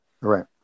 Right